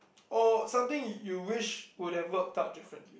or something you wished would have worked out differently